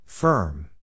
Firm